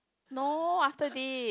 no after this